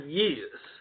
years